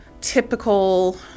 typical